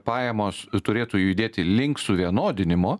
pajamos turėtų judėti link suvienodinimo